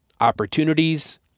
opportunities